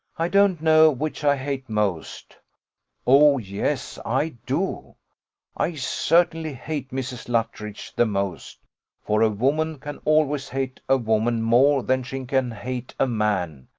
i don't know which i hate most o, yes, i do i certainly hate mrs. luttridge the most for a woman can always hate a woman more than she can hate a man,